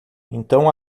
então